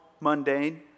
mundane